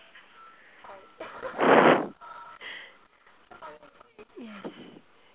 yes